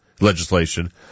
legislation